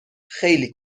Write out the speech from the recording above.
خیلی